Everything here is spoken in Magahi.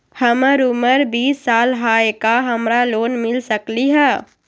हमर उमर बीस साल हाय का हमरा लोन मिल सकली ह?